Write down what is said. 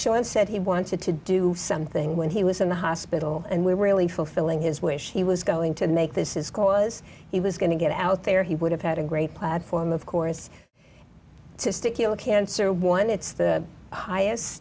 show and said he wanted to do something when he was in the hospital and we were really fulfilling his wish he was going to make this is cause he was going to get out there he would have had a great platform of course cystic you know a cancer one it's the highest